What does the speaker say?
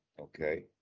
Okay